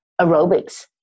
aerobics